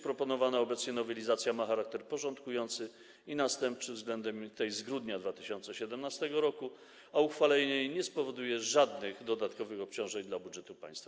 Proponowana obecnie nowelizacja ma charakter porządkujący i następczy względem tej z grudnia 2017 r., a jej uchwalenie nie spowoduje żadnych dodatkowych obciążeń dla budżetu państwa.